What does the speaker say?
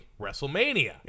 WrestleMania